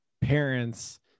parents